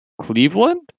Cleveland